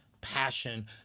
passion